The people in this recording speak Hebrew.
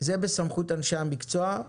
זה בסמכות אנשי המקצוע.